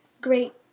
great